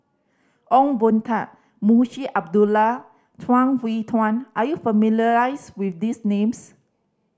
Ong Boon Tat Munshi Abdullah Chuang Hui Tsuan are you with these names